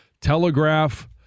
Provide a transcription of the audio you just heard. Telegraph